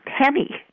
penny